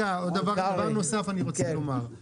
עוד דבר אחד נוסף אני רוצה לומר.